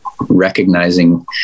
recognizing